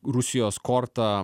rusijos korta